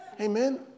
Amen